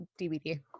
DVD